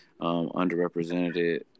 underrepresented